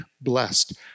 blessed